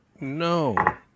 No